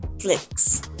flicks